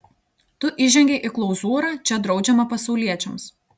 tu įžengei į klauzūrą čia draudžiama pasauliečiams